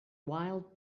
wild